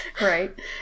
Right